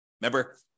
Remember